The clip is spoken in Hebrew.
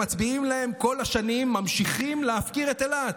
מצביעים להם כל השנים ממשיכים להפקיר את אילת,